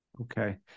Okay